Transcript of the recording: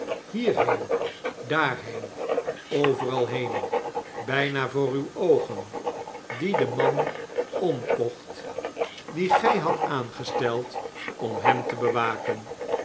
hierheen daarheen overal heen byna voor uw oogen die den man omkocht dien gij hadt aangesteld om hem te bewaken